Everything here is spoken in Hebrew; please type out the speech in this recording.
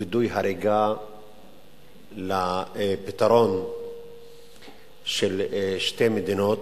וידוא הריגה לפתרון של שתי מדינות.